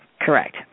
Correct